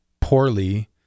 poorly